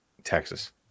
texas